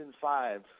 five